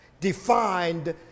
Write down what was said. defined